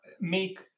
make